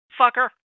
fucker